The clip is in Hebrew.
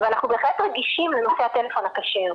ואנחנו בהחלט רגישים לנושא הטלפון הכשר,